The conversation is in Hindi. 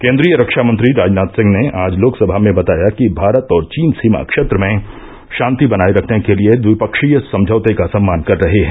केन्द्रीय रक्षामंत्री राजनाथ सिंह ने आज लोकसभा में बताया कि भारत और चीन सीमा क्षेत्र में शांति बनाये रखने के लिए द्विपक्षीय समझौते का सम्मान कर रहे हैं